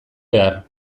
behar